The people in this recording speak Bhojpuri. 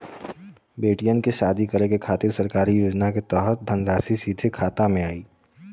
बेटियन के शादी करे के खातिर सरकारी योजना के तहत धनराशि सीधे खाता मे आई?